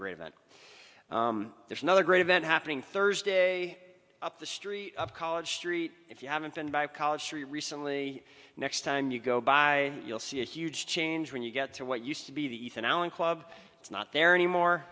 great event there's another great event happening thursday up the street up college street if you haven't been by college three recently next time you go by you'll see a huge change when you get to what used to be the ethan allen club it's not there anymore